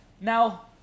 now